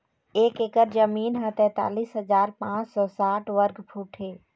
एक एकर जमीन ह तैंतालिस हजार पांच सौ साठ वर्ग फुट हे